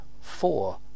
four